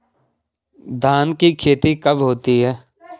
धान की खेती कब होती है?